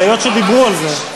היות שדיברו על זה.